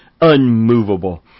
unmovable